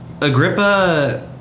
Agrippa